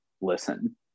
listen